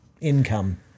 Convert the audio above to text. income